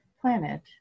planet